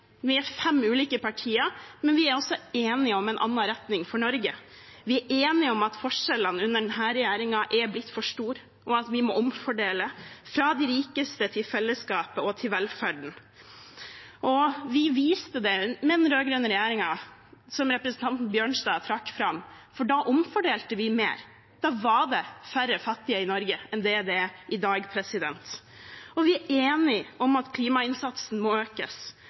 Vi er fem ulike partier, men vi er enige om en annen retning for Norge. Vi er enige om at forskjellene under denne regjeringen er blitt for store, og at vi må omfordele – fra de rikeste til fellesskapet og velferden. Vi viste det med den rød-grønne regjeringen, som representanten Bjørnstad trakk fram, for da omfordelte vi mer. Da var det færre fattige i Norge enn det er i dag. Vi er enige om at klimainnsatsen må økes,